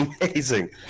amazing